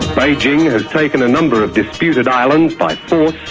beijing has taken a number of disputed islands by force,